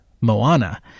Moana